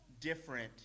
different